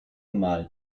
mal